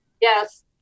Yes